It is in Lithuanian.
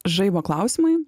žaibo klausimai